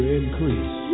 increase